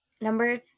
number